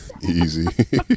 Easy